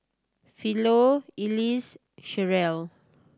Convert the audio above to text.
Philo Elise Cherelle